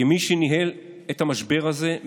כמי שניהל את המשבר הזה,